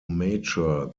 mature